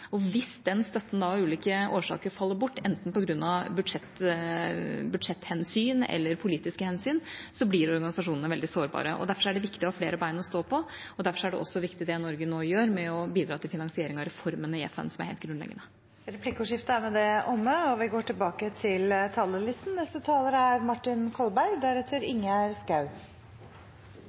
Hvis den støtten av ulike årsaker faller bort, enten på grunn av budsjetthensyn eller på grunn av politiske hensyn, blir organisasjonene veldig sårbare. Derfor er det viktig å ha flere ben å stå på, og derfor er det viktig, som Norge nå gjør, å bidra med finansieringen av reformer i FN, som er helt grunnleggende. Replikkordskiftet er